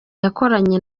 yakoranye